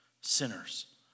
sinners